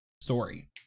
story